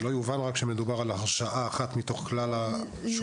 רק שלא יובן שמדובר על הרשאה אחת מתוך כלל השורות בהרשאה.